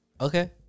Okay